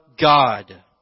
God